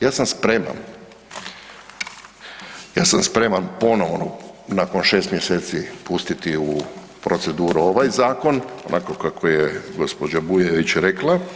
Ja sam spreman, ja sam spreman ponovno nakon 6 mjeseci pustiti u proceduru ovaj zakon onako kako je gospođa Bujević rekla.